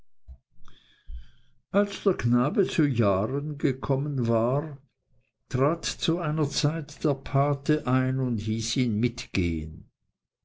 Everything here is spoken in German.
als der knabe zu jahren gekommen war trat zu einer zeit der pate ein und hieß ihn mitgehen